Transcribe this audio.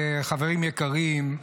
חברים יקרים,